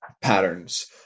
patterns